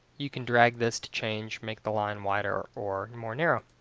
you can drag this to change, make the line wider or more narrow.